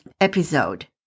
episode